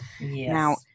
Now